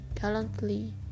gallantly